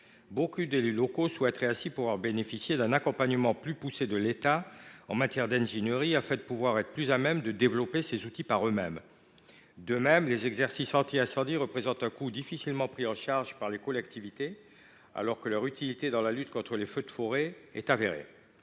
Beaucoup d’élus locaux souhaiteraient ainsi pouvoir bénéficier d’un accompagnement plus poussé de l’État en matière d’ingénierie, afin de pouvoir être plus à même de développer ces outils par eux mêmes. De même, les exercices anti incendie représentent un coût difficilement pris en charge par les collectivités, alors que leur utilité dans la lutte contre les feux de forêt est avérée.